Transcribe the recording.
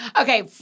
Okay